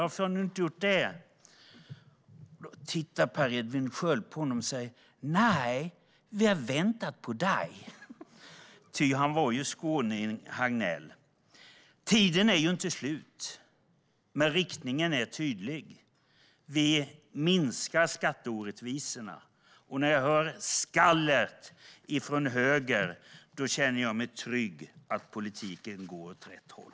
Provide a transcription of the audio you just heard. Då tittade Per Edvin Sköld på Hans Hagnell, som var skåning, och sa på skånska: Nej, vi har väntat på dig. Tiden är inte slut, men riktningen är tydlig. Vi minskar skatteorättvisorna. Och när jag hör skallet från höger känner jag mig trygg med att politiken går åt rätt håll.